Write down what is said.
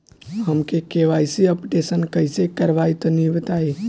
हम KYC updation कइसे करवाई तनि बताई?